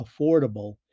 affordable